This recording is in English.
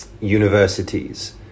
universities